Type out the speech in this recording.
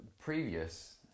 previous